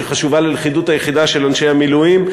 שחשובה ללכידות היחידה של אנשי המילואים,